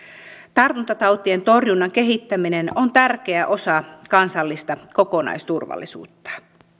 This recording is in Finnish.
tartuntatautien torjunnan kehittäminen on tärkeä osa kansallista kokonaisturvallisuutta